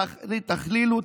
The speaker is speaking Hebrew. תכלילו,